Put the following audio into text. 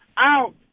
Out